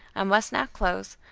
i must now close,